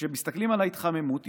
כשמסתכלים על ההתחממות,